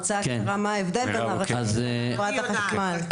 אני אעשה לכם הרצאה קטנה מה ההבדל בין חברת החשמל לרשות.